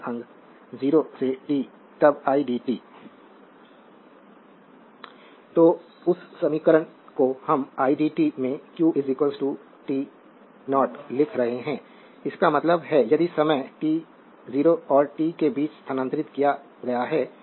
slide समय देखें 2112 तो उस समीकरण को हम idt में q t 0 लिख रहे हैं इसका मतलब है यदि समय t0 और t के बीच स्थानांतरित किया गया है